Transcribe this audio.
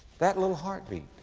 that little heartbeat